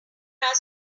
are